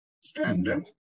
standard